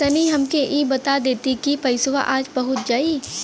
तनि हमके इ बता देती की पइसवा आज पहुँच जाई?